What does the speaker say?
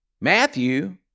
Matthew